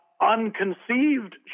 unconceived